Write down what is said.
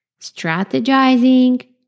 strategizing